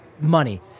money